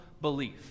belief